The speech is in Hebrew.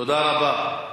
תודה רבה.